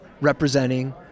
representing